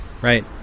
right